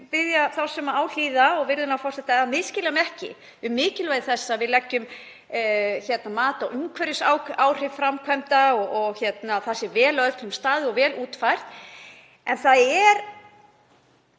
að biðja þá sem á hlýða og virðulegan forseta að misskilja mig ekki um mikilvægi þess að við leggjum mat á umhverfisáhrif framkvæmda og að þar sé vel að öllu staðið og vel útfært.